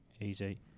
Easy